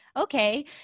okay